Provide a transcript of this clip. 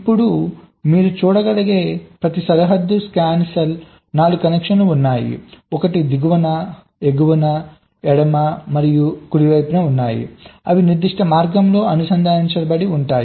ఇప్పుడు మీరు చూడగలిగే ప్రతి సరిహద్దు స్కాన్ సెల్ 4 కనెక్షన్లు ఉన్నాయి ఒకటి దిగువ ఎగువ ఎడమ మరియు కుడి కాబట్టి అవి నిర్దిష్ట మార్గంలో అనుసంధానించబడి ఉంటాయి